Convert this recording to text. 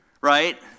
right